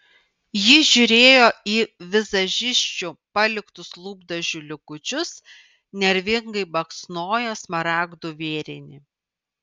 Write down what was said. ji žiūrėjo į vizažisčių paliktus lūpdažių likučius nervingai baksnojo smaragdų vėrinį